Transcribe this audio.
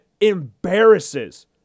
Embarrasses